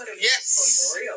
Yes